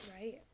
right